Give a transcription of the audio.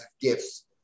gifts